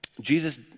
Jesus